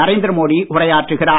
நரேந்திரமோடி உரையாற்றுகிறார்